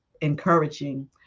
encouraging